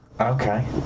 Okay